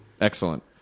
Excellent